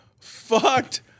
fucked